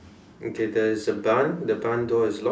okay there is a barn the barn door is locked